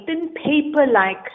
paper-like